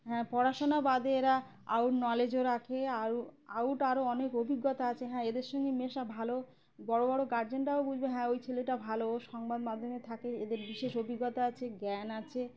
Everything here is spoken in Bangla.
হ্যাঁ পড়াশোনা বাদে এরা আউট নলেজও রাখে আউ আউট আরও অনেক অভিজ্ঞতা আছে হ্যাঁ এদের সঙ্গে মেশা ভালো বড় বড় গার্জিয়ানরাও বুঝবে হ্যাঁ ওই ছেলেটা ভালো ও সংবাদ মাধ্যমে থাকে এদের বিশেষ অভিজ্ঞতা আছে জ্ঞান আছে